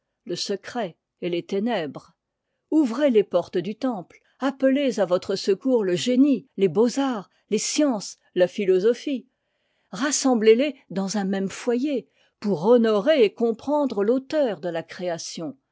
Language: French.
te secret et les ténèbres ouvrez les portes du temple appelez à votre secours le génie les beaux-arts les sciences la philosophie rassemblez les dans un même foyer pour honorer et comprendre l'auteur de la création